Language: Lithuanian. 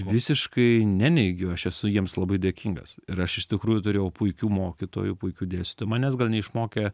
visiškai neneigiu aš esu jiems labai dėkingas ir aš iš tikrųjų turėjau puikių mokytojų puikių dėstytojų manęs gal neišmokė